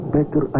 Better